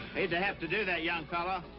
hate to have to do that, young fella.